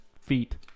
feet